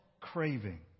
craving